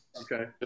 Okay